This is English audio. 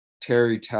Terry